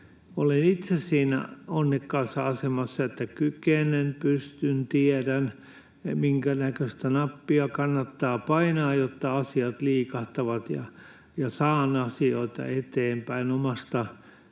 Olen itse siinä onnekkaassa asemassa, että kykenen, pystyn ja tiedän, minkä näköistä nappia kannattaa painaa, jotta asiat liikahtavat, ja saan asioita eteenpäin omasta